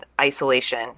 isolation